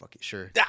sure